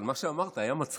אבל מה שאמרת היה מצחיק.